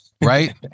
right